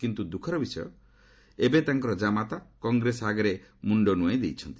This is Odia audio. କିନ୍ତୁ ଦୁଃଖର ବିଷୟ ହେଉଛି ଯେ ଏବେ ତାଙ୍କର କାମାତା କଂଗ୍ରେସ ଆଗରେ ମୁଣ୍ଡ ନୁଆଁଇ ଦେଇଛନ୍ତି